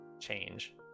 change